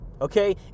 okay